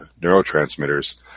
neurotransmitters